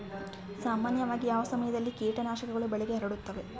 ಸಾಮಾನ್ಯವಾಗಿ ಯಾವ ಸಮಯದಲ್ಲಿ ಕೇಟನಾಶಕಗಳು ಬೆಳೆಗೆ ಹರಡುತ್ತವೆ?